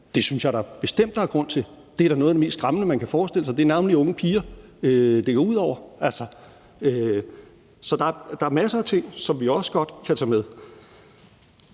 synes jeg da bestemt, der er grund til det. Det er da noget af det mest skræmmende, man kan forestille sig. Det er navnlig unge piger, det går ud over. Så der er masser af ting, som vi også godt kan tage med.